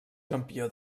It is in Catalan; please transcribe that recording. campió